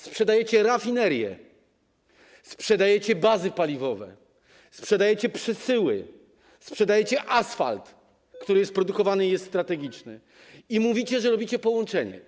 Sprzedajecie rafinerie, sprzedajecie bazy paliwowe, sprzedajecie przesyły, sprzedajecie asfalt, który jest produkowany i jest strategiczny, i mówicie, że robicie połączenie.